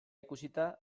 ikusita